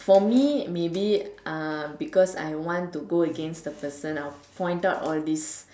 for me maybe uh because I want to go against the person I'll point out all these